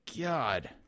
god